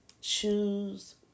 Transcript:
Choose